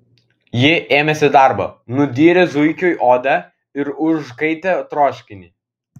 ji ėmėsi darbo nudyrė zuikiui odą ir užkaitė troškinį